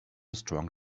strong